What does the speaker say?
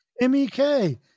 MEK